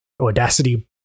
Audacity